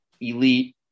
elite